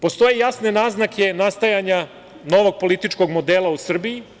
Postoje jasne naznake, nastajanja novog političkog modela u Srbiji.